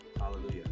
Hallelujah